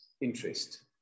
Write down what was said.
interest